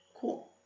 cool